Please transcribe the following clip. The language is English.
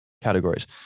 categories